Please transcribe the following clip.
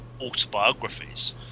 autobiographies